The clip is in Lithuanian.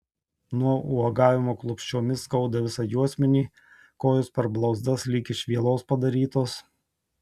nuo uogavimo klupsčiomis skauda visą juosmenį kojos per blauzdas lyg iš vielos padarytos